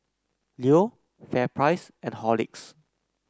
Leo FairPrice and Horlicks